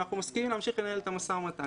אנחנו מסכימים להמשיך לנהל את המשא ומתן.